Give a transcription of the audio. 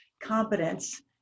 competence